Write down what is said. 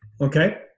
Okay